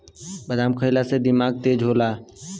बादाम खइला से दिमाग तेज होला